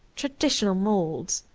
traditional moulds.